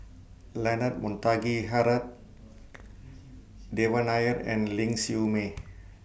Leonard Montague Harrod Devan Nair and Ling Siew May